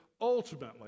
ultimately